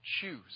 choose